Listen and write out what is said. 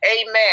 amen